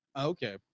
okay